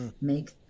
make